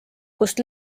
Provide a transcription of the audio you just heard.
kust